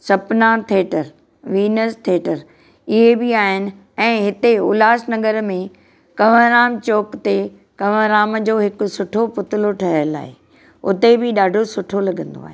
सपना theatre Venus theatre इहे बि आहिनि ऐं हिते उल्हासनगर में कंवर राम चोक ते कंवर राम जो हिकु सुठो पुतलो ठहियल आहे हुते बि ॾाढो सुठो लॻंदो आहे